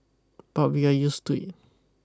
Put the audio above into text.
but we are used to it